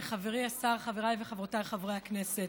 חברי השר, חבריי וחברותיי חברי הכנסת,